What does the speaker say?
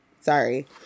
sorry